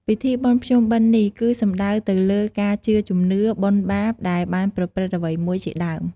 ពិធីបុណ្យភ្ជុំបិណ្យនេះគឺសំដៅទៅលើការជឿជំនឿ បុណ្យ បាប ដែលបានប្រព្រឺត្តអ្វីមួយជាដើម។